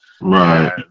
Right